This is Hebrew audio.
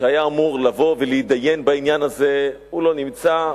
שהיה אמור לבוא ולהתדיין בעניין הזה, לא נמצא.